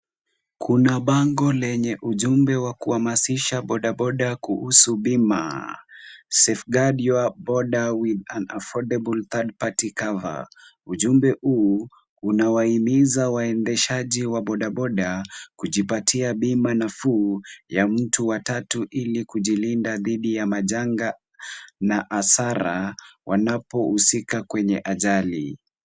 Kuna bango lenye ujumbe wa kuhamasisha bodaboda kuhusu bima. safeguard your boda with an affordable Third Party Cover . Ujumbe huu, unawahimiza waendeshaji wa bodaboda , kujipatia bima nafuu ya mtu wa tatu ili kujilinda dhidi ya majanga na hasara wanapohusika kwenye ajali.